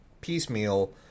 piecemeal